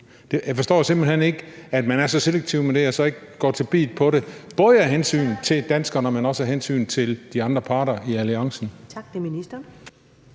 Jeg forstår simpelt hen ikke, at man er så selektiv med det og så ikke går til biddet der, både af hensyn til danskerne, men også af hensyn til de andre parter i alliancen. Kl. 16:28 Første